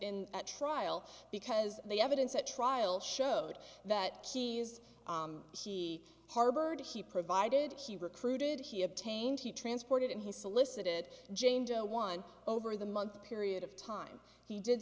in trial because the evidence at trial showed that he is he harbored he provided he recruited he obtained he transported and he solicited jane doe one over the month period of time he did